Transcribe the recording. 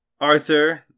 Arthur